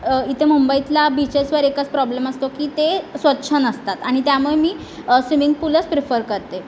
इतं मुंबईतल्या बीचेसवर एकच प्रॉब्लेम असतो की ते स्वच्छ नसतात आणि त्यामुळं मी स्वीमिंग पूलच प्रिफर करते